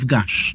Gash